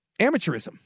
amateurism